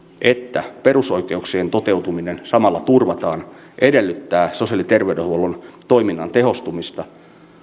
että perusoikeuksien toteutuminen samalla turvataan edellyttää sosiaali ja terveydenhuollon toiminnan tehostumista